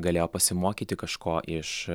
galėjo pasimokyti kažko iš